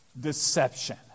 deception